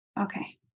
Okay